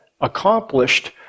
accomplished